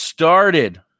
started